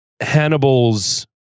Hannibal's